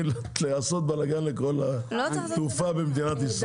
לעשות בלגן לכל התעופה במדינת ישראל.